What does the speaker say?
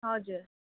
हजुर